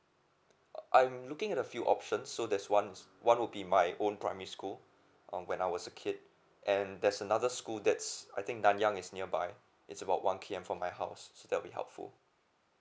I'm looking at a few option so there's ones one would be my own primary school um when I was a kid and there's another school that's I think nanyang is nearby it's about one K_M from my house that'll be helpful